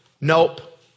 Nope